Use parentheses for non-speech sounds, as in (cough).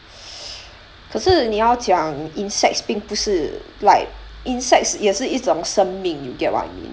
(breath) 可是你要讲 insects 并不是 like insects 也是一种生命 you get what you mean